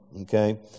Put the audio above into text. Okay